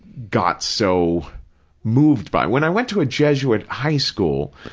got so moved by. when i went to a jesuit high school,